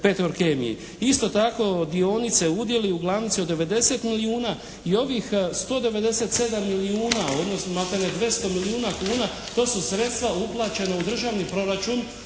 Isto tako, dionice i udjeli u glavnici od 90 milijuna i ovih 197 milijuna odnosno maltene 200 milijuna kuna to su sredstva uplaćena u državni proračun